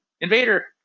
invader